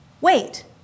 wait